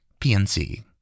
PNC